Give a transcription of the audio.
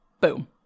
Boom